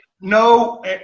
no –